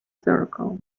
circle